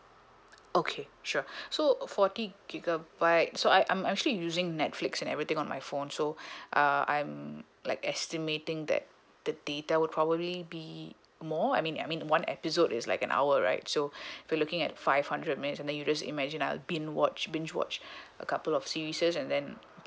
okay sure so uh forty gigabyte so I I'm I'm actually using netflix and everything on my phone so uh I'm like estimating that the data would probably be more I mean I mean one episode is like an hour right so we're looking at five hundred minute and then you just imagine I'd bin~ watch binge watch a couple of series and then